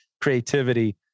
creativity